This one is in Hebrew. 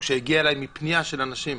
היא הגיעה אליי מפנייה של אנשים,